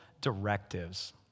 directives